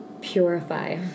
purify